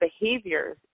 behaviors